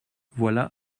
voilà